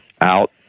out